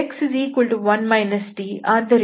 x1 t ಆದ್ದರಿಂದ dx dt